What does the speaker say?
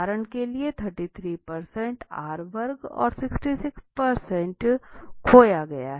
उदाहरण के लिए 33 प्रतिशत R वर्ग और 66 प्रतिशत खोया गया है या इसका उलटा